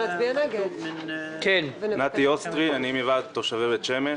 נצביע, ואחרי כן הם יבואו לפגישה.